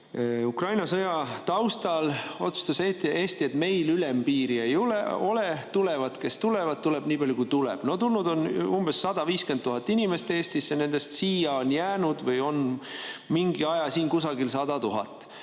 Ukraina sõja taustal otsustas Eesti, et meil ülempiiri ei ole: tulevad, kes tulevad, tuleb nii palju, kui tuleb. Tulnud on umbes 150 000 inimest Eestisse. Nendest siia on jäänud või on mingi aja siin umbes 100 000.